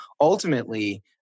ultimately